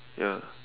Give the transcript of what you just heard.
ya